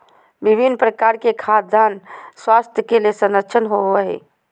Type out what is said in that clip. विभिन्न प्रकार के खाद्यान स्वास्थ्य के संरक्षण होबय हइ